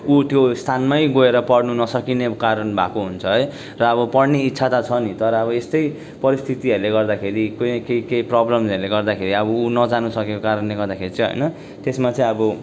ऊ त्यो स्थानमै गएर पढ्नु नसकिने कारण भएको हुन्छ है र अब पढ्ने इच्छा त छ नि तर अब यस्तै परिस्थितिहरूले गर्दाखेरि कुनै के केही प्रबलम्सहरूले गर्दाखेरि अब ऊ नजान सकेको कारणले गर्दाखेरि चाहिँ होइन त्यसमा चाहिँ अब